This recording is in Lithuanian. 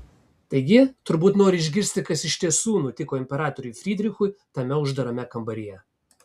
taigi turbūt nori išgirsti kas iš tiesų nutiko imperatoriui frydrichui tame uždarame kambaryje